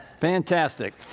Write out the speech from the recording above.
Fantastic